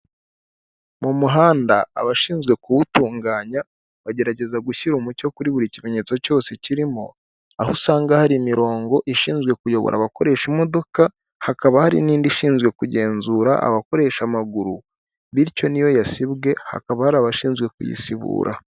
Mu muhanda abashinzwe kuwutunganya, bagerageza gushyira umucyo kuri buri kimenyetso cyose kirimo, aho usanga hari imirongo ishinzwe kuyobora abakoresha imodoka, hakaba hari n'indi ishinzwe kugenzura abakoresha amaguru, bityo n'iyo yasibwe hakaba hari abashinzwe kuyisibura.